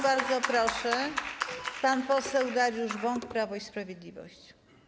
Bardzo proszę, pan poseł Dariusz Bąk, Prawo i Sprawiedliwość.